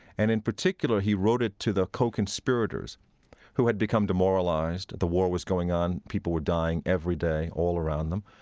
and, in particular, he wrote it to the co-conspirators who had become demoralized. the war was going on. people were dying every day all around them.